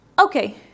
Okay